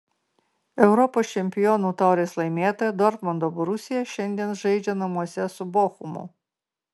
europos čempionų taurės laimėtoja dortmundo borusija šiandien žaidžia namuose su bochumu